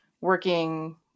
working